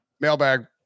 mailbag